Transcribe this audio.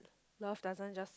love doesn't just